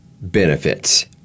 benefits